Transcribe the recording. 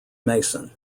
mason